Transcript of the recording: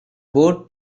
board